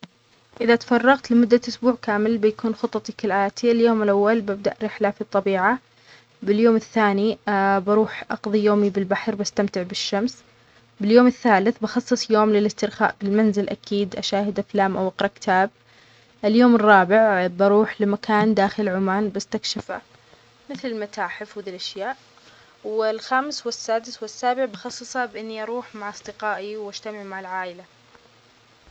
إذا تفرغت لمدة أسبوع كامل بيكون خطتى كالآتي، اليوم الأول ببدأ رحلة للطبيعة، باليوم الثانى بروح أقظى يومى بالبحر بستمتع بالشمس، باليوم الثالث بخصص يوم للإسترخاء بالمنزل أكيد أشاهد أفلام أو أقرأ كتاب، اليوم الرابع بروح لمكان داخل عمان بستكشفه مثل المتاحف وهذه الأشياء، والخامس والسادس والسابع بخصصه بإنى أروح مع أصدقائي وأجتمع مع العائلة.